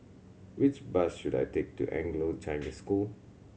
which bus should I take to Anglo Chinese School